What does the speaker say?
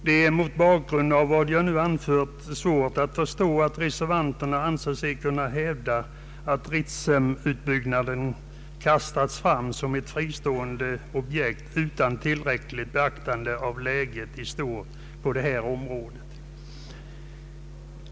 Det är mot bakgrund av vad jag nu anfört svårt att förstå att reservanterna anser sig kunna hävda att Ritsemutbyggnaden kastats fram som ett fristående objekt utan tillräckligt beaktande av läget i stort på området.